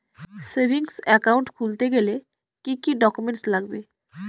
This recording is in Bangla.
সেভিংস একাউন্ট খুলতে গেলে কি কি ডকুমেন্টস লাগবে?